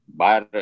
bar